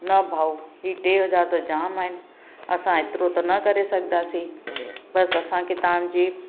न भाऊ ही टे हज़ार त जामु आहिनि असां हेतिरो त न करे सघंदासी बसि असांखे तव्हां जी